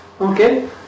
okay